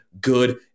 good